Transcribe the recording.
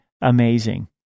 amazing